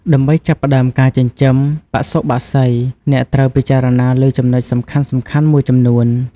ដើម្បីចាប់ផ្ដើមការចិញ្ចឹមបសុបក្សី អ្នកត្រូវពិចារណាលើចំណុចសំខាន់ៗមួយចំនួន។